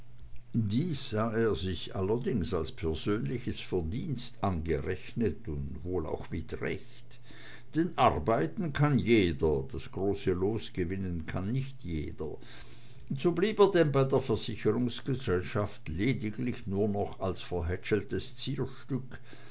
dies sah er sich allerseits als persönliches verdienst angerechnet und auch wohl mit recht denn arbeiten kann jeder das große los gewinnen kann nicht jeder und so blieb er denn bei der versicherungsgesellschaft lediglich nur noch als verhätscheltes